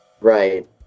Right